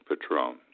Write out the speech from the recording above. Patron